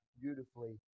beautifully